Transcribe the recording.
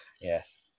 Yes